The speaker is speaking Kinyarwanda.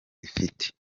ifite